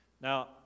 Now